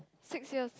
six years